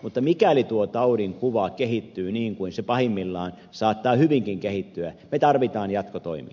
mutta mikäli tuo taudin kuva kehittyy niin kuin se pahimmillaan saattaa hyvinkin kehittyä me tarvitsemme jatkotoimia